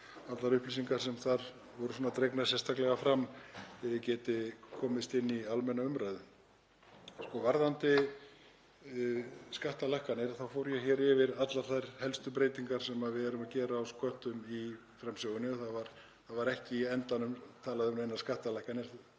allar upplýsingar sem þar voru dregnir sérstaklega fram geti komist inn í almenna umræðu. Varðandi skattalækkanir þá fór ég hér yfir allar þær helstu breytingar sem við erum að gera á sköttum í framsögunni. Það var ekki í endanum talaði um neinar skattalækkanir,